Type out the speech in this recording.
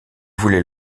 voulait